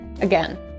again